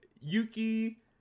Yuki